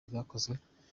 byakozwe